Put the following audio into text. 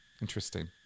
Interesting